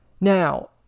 Now